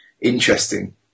interesting